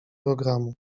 programu